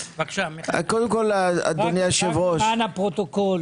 רק למען הפרוטוקול